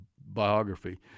biography